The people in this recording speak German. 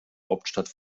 hauptstadt